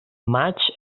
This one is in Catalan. maig